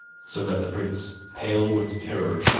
so that the prince, pale with terror,